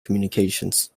communications